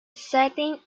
setting